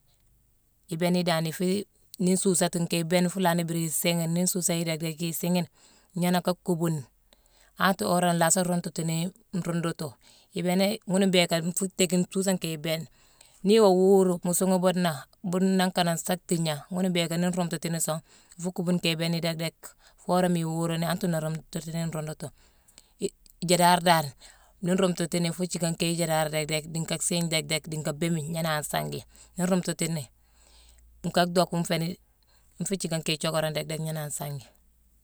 Ibééne dan-ifii-ni suuséti, nkéye ibééna, nfuu laani mbiri isiighine. Nii nsuusa yi déck-déck isiighine gnééna k kuubune antere worama ilaasa rumtatini nruundutu. Ibéénéye ghuna mbhiiké nfuu ntééckine suusa nkéye ibééne. Nii woo wuuru, mu suugha buudena, buude nangh kanane nsa tiigna. Ghuna mbhééka nii nrumtatini song, nfuu kuubune nkéye ibééna déck-déck foo worama iwuuruni antere nlaa rumtatini nruundtu. I-jaadar dan nii nrumtatina nfuu jiické nkéye jaadar déck-déck, dii nka séégne déck-déck, dii nka béémine gnééné an sangi. Nii nrumtatini nka dhock nféé ni, nfuu siiké nkéye thiockorone déck-déck gnééné an sangi.